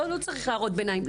לא צריך הערות ביניים.